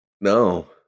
No